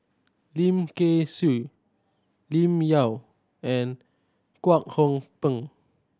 Lim Kay Siu Lim Yau and Kwek Hong Png